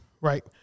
Right